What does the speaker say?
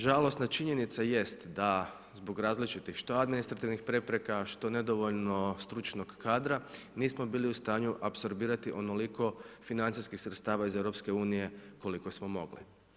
Žalosna činjenica jest da zbog različitih što administrativnih prepreka, što nedovoljno stručnog kadra nismo bili u stanju apsorbirati onoliko financijskih sredstava iz EU koliko smo mogli.